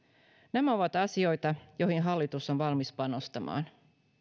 nämä ovat asioita joihin hallitus on valmis panostamaan